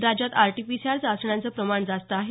राज्यात आरटीपीसीआर चाचण्यांचं प्रमाण जास्त आहे